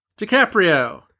dicaprio